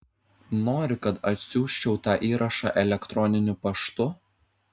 nori kad atsiųsčiau tą įrašą elektroniniu paštu